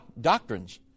doctrines